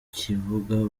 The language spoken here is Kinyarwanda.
kibuga